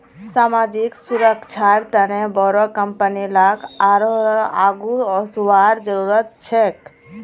सामाजिक सुरक्षार तने बोरो कंपनी लाक आरोह आघु वसवार जरूरत छेक